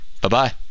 Bye-bye